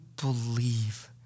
believe